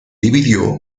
dividió